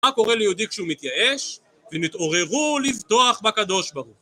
מה קורה ליהודי כשהוא מתייאש? "ונתעוררו לבטוח בקדוש ברוך הוא"